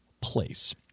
place